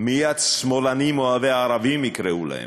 מייד שמאלנים אוהבי ערבים יקראו להם.